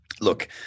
look